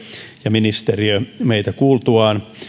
ja ministeriö meitä kuultuaan